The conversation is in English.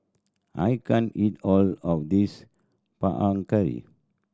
I can't eat all of this Panang Curry